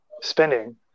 spending